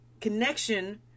connection